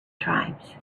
tribes